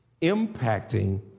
impacting